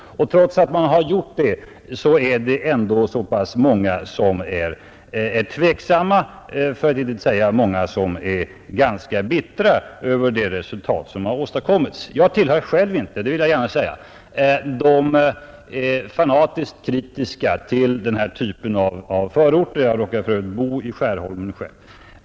Trots detta är det ändå så många som är tveksamma för att inte säga ganska bittra över de resultat som har åstadkommits. Jag tillhör själv inte — det vill jag gärna säga — de oförsonliga kritikerna av de här förorterna. Jag råkar för övrigt själv bo i närheten av Skärholmen.